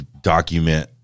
document